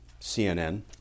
CNN